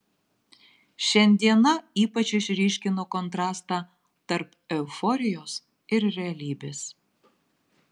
šiandiena ypač išryškino kontrastą tarp euforijos ir realybės